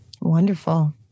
Wonderful